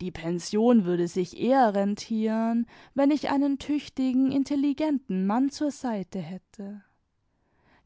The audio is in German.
die pension würde sich eher rentieren wenn ich einen tüchtigen intelligenten mann zur seite hätte